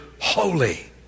holy